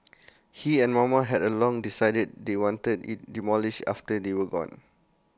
he and mama had A long decided they wanted IT demolished after they were gone